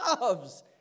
loves